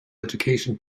education